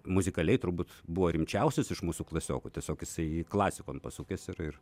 muzikaliai turbūt buvo rimčiausias iš mūsų klasiokų tiesiog jisai klasikon pasukęs ir ir